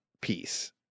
piece